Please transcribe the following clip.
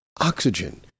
oxygen